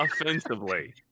offensively